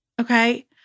okay